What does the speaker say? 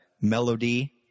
melody